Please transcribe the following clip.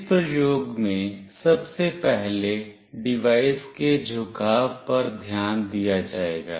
इस प्रयोग में सबसे पहले डिवाइस के झुकाव पर ध्यान दिया जाएगा